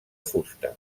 fusta